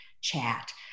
chat